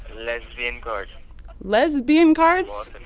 lesbian cards lesbian cards?